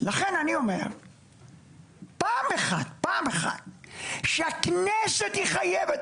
לכן אני אומר שפעם אחת הכנסת תחייב את